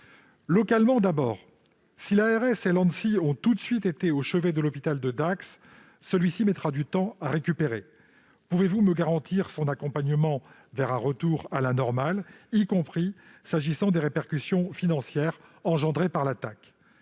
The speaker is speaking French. Localement d'abord, si l'ARS et l'Anssi ont tout de suite été au chevet de l'hôpital de Dax, celui-ci mettra du temps à récupérer. Pouvez-vous me garantir son accompagnement vers un retour à la normale, y compris s'agissant des répercussions financières engendrées par l'attaque ?